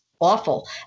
awful